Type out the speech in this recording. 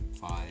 five